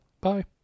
Bye